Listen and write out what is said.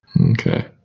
Okay